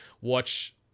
watch